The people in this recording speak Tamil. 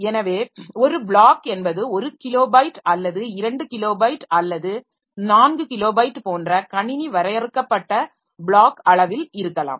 எனவே ஒரு ப்ளாக் என்பது 1 கிலோபைட் அல்லது 2 கிலோபைட் அல்லது 4 கிலோபைட் போன்ற கணினி வரையறுக்கப்பட்ட ப்ளாக் அளவில் இருக்கலாம்